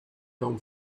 come